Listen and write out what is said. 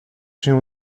się